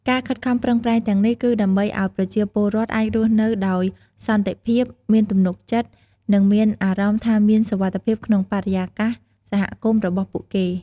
ការខិតខំប្រឹងប្រែងទាំងនេះគឺដើម្បីឲ្យប្រជាពលរដ្ឋអាចរស់នៅដោយសន្តិភាព មានទំនុកចិត្ត និងមានអារម្មណ៍ថាមានសុវត្ថិភាពក្នុងបរិយាកាសសហគមន៍របស់ពួកគេ។